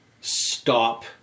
stop